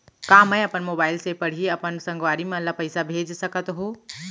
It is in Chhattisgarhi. का मैं अपन मोबाइल से पड़ही अपन संगवारी मन ल पइसा भेज सकत हो?